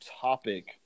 topic